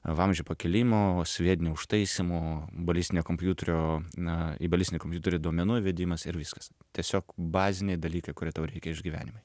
vamzdžių pakilimo sviedinio užtaisymo balistinio kompiuterio na į balistinį kompiuterį duomenų įvedimas ir viskas tiesiog baziniai dalykai kurie tau reikia išgyvenimui